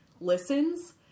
listens